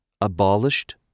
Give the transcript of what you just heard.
abolished